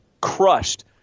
crushed